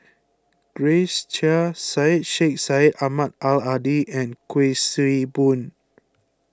Grace Chia Syed Sheikh Syed Ahmad Al Hadi and Kuik Swee Boon